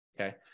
okay